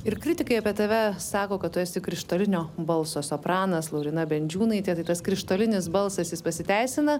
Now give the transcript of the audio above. ir kritikai apie tave sako kad tu esi krištolinio balso sopranas lauryna bendžiūnaitė tai tas krištolinis balsas jis pasiteisina